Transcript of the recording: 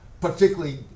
particularly